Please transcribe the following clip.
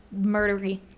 murdery